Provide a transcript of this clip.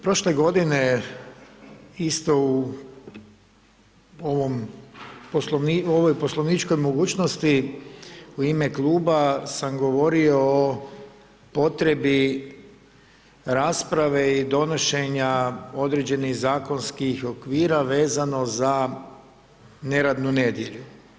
Prošle godine, isto u ovoj poslovničkoj mogućnosti u ime kluba sam govorio o potrebi rasprave i donošenja određenih zakonskih okvira vezano za neradnu nedjelju.